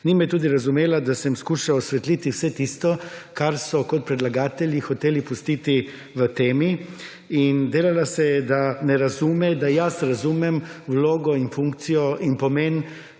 Ni me tudi razumela, da sem skušal osvetliti vse tisto kar so kot predlagatelji hoteli pustiti v temi. In delala se je, da ne razume, da jaz razumem vlogo in funkcijo in pomen